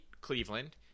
Cleveland